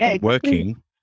Working